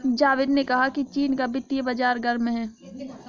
जावेद ने कहा कि चीन का वित्तीय बाजार गर्म है